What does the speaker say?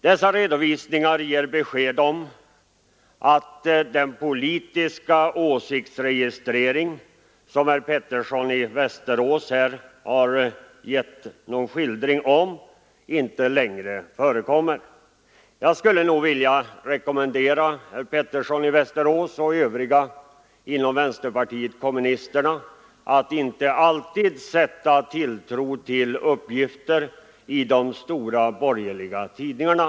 Dessa redovisningar ger besked om att den politiska åsiktsregistrering som herr Pettersson i Västerås skildrat inte längre förekommer. Jag skulle nog vilja rekommendera herr Pettersson i Västerås och övriga inom västerpartiet kommunisterna att inte alltid sätta tilltro till uppgifter i de stora borgerliga tidningarna.